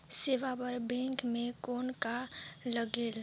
सेवा बर बैंक मे कौन का लगेल?